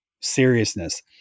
seriousness